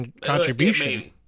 contribution